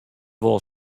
wol